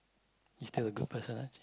you still a good person ah